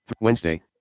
Wednesday